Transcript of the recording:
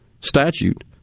statute